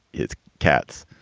it's cats.